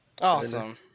Awesome